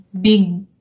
big